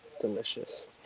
delicious